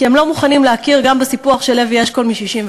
כי הם לא מוכנים להכיר גם בסיפוח של לוי אשכול מ-67'.